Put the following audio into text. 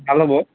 ভাল হ'ব